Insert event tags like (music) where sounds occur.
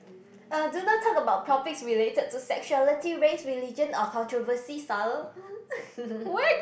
uh do not talk about topics related to sexuality race religion or controversy style (laughs)